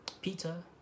Peter